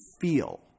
feel